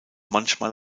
manchmal